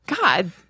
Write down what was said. God